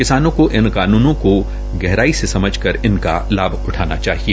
किसानों को इन कानूनों को गहराई से समझ कर इनका लाभ उठाना चाहिए